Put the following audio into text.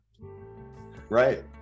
Right